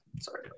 sorry